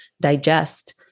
digest